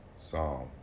Psalm